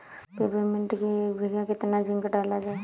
Peppermint की एक बीघा कितना जिंक डाला जाए?